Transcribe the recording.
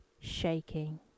shaking